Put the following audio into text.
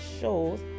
shows